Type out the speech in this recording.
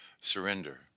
Surrender